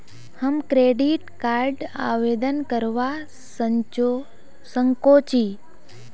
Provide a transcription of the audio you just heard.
हम credit card आवेदन करवा संकोची?